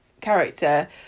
character